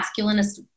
masculinist